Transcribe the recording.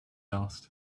asked